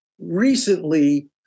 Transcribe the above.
recently